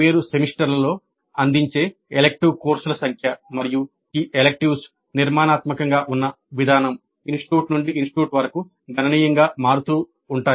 వేర్వేరు సెమిస్టర్లలో అందించే ఎలెక్టివ్ కోర్సుల సంఖ్య మరియు ఈ ఎలిక్టివ్స్ నిర్మాణాత్మకంగా ఉన్న విధానం ఇన్స్టిట్యూట్ నుండి ఇన్స్టిట్యూట్ వరకు గణనీయంగా మారుతూ ఉంటాయి